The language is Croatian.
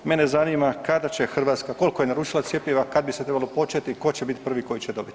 Mene zanima kada će Hrvatska, koliko je naručila cjepiva, kad bi se trebalo početi, tko će bit prvi koji će dobiti.